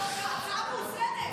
זאת עוד הצעה מאוזנת.